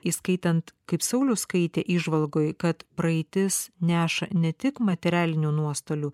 įskaitant kaip saulius skaitė įžvalgoj kad praeitis neša ne tik materialinių nuostolių